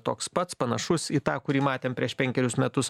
toks pats panašus į tą kurį matėm prieš penkerius metus